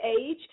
age